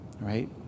right